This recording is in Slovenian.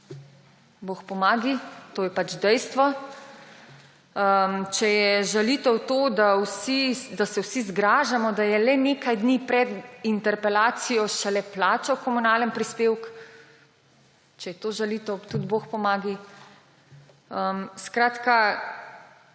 bog pomagaj, to je pač dejstvo. Če je žalitev to, da se vsi zgražamo, da je šele nekaj dni pred interpelacijo plačal komunalni prispevek, če je to žalitev, tudi bog pomagaj. Skratka,